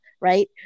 Right